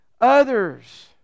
others